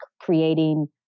creating